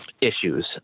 issues